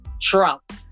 Trump